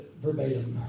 verbatim